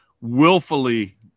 willfully